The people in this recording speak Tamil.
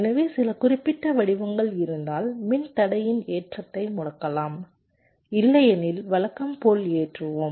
எனவே சில குறிப்பிட்ட வடிவங்கள் இருந்தால் மின்தடையின் ஏற்றத்தை முடக்கலாம் இல்லையெனில் வழக்கம் போல் ஏற்றுவோம்